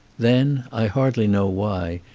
then, i hardly know why,